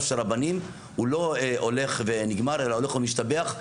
של רבנים הוא לא הולך ונגמר אלא הולך ומשתבח.